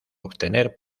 obtener